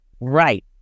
Right